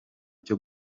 cyo